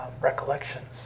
recollections